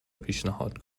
پیشنهاد